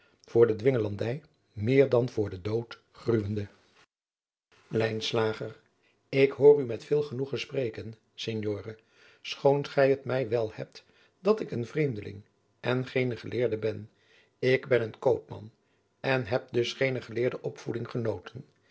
voor de dwingelandij meer dan voor den dood gruwende lijnslager ik hoor u met veel genoegen spreken signore schoon gij het wel hebt dat ik een vreemdeling en geen geleerde ben ik ben een koopman en heb dus geene geleerde opvoeding genoten